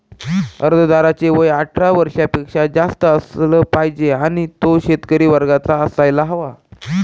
अर्जदाराचे वय अठरा वर्षापेक्षा जास्त असलं पाहिजे आणि तो शेतकरी वर्गाचा असायला हवा